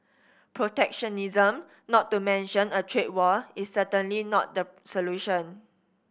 protectionism not to mention a trade war is certainly not the solution